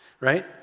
Right